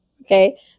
okay